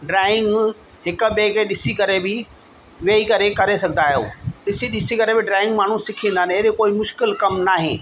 drawing हिक ॿिए खे ॾिसी करे बि वेही करे करे सघंदा आहियो ॾिसी ॾिसी करे बि माण्हू ड्राईंग सिखंदा आहिनि अहिड़ो कोई मुश्किलु कमु न आहे